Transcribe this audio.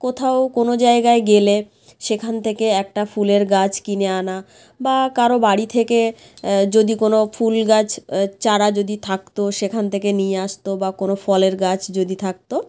কোথাও কোনো জায়গায় গেলে সেখান থেকে একটা ফুলের গাছ কিনে আনা বা কারও বাড়ি থেকে যদি কোনো ফুল গাছ চারা যদি থাকত সেখানে থেকে নিয়ে আসত বা কোনো ফলের গাছ যদি থাকত